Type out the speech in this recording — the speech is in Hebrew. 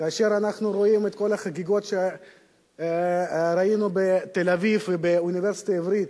כאשר אנחנו רואים את כל החגיגות שראינו בתל-אביב ובאוניברסיטה העברית